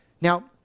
Now